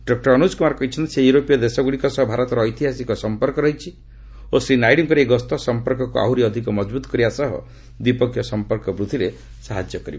doctor ଅନୁକ୍ କୁମାର କହିଛନ୍ତି ସେହି ୟୁରୋପୀୟ ଦେଶଗୁଡ଼ିକ ସହ ଭାରତର ଐତିହାସିକ ସମ୍ପର୍କ ରହିଛି ଓ ଶ୍ରୀ ନାଇଡୁଙ୍କର ଏହି ଗସ୍ତ ସମ୍ପର୍କକୁ ଆହୁରି ଅଧିକ ମଜବୁତ୍ କରିବା ସହ ଦ୍ୱିପକ୍ଷୀୟ ସମ୍ପର୍କ ବୃଦ୍ଧିରେ ସାହାଯ୍ୟ କରିବ